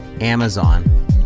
Amazon